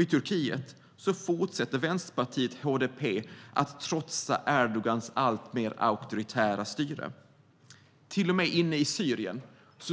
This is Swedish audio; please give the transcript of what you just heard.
I Turkiet fortsätter vänsterpartiet HDP att trotsa Erdogans alltmer auktoritära styre. Till och med inne i Syrien